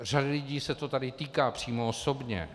Řady lidí se to tady týká přímo osobně.